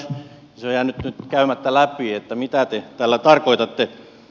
on jäänyt nyt käymättä läpi mitä te tällä tarkoitatte